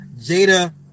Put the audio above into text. Jada